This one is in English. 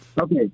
Okay